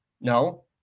No